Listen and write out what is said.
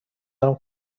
دارم